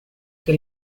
que